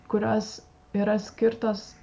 kurios yra skirtos